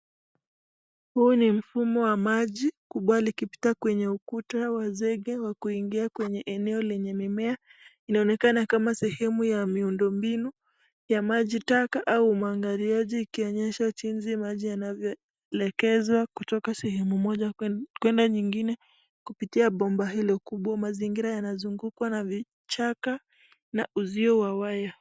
Huu ni mfumo wa maji kubwa ukipita kwenye ukuta wa zenge wa kuingia kwenye eneo lenye mimea. Inaonekana kama sehimu ya miundo mbinu, ya maji taka au maangaliaji ikionyesha jinsi maji yanawelekezo kutoka sehimu moja kwenye nyingine kupitia bomba hili kubwa. Mazingira yanazungukwa na vichaka na uzio wa waya.